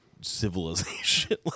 civilization